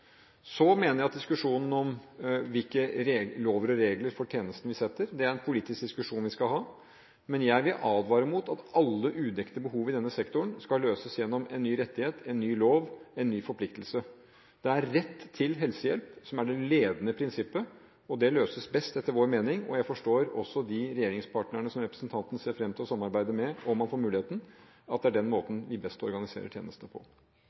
Så mener jeg at diskusjonen om hvilke lover og regler vi setter for tjenesten, er en politisk diskusjon vi skal ha. Men jeg vil advare mot at alle udekte behov i denne sektoren skal løses gjennom en ny rettighet, en ny lov, en ny forpliktelse. Det er rett til helsehjelp som er det levende prinsippet. Det løses etter vår mening best – jeg forstår også det på de regjeringspartnerne som representanten ser fram til å samarbeide med, om han får muligheten – gjennom den måten vi organiserer tjenestene på. Høyre er enig i det som er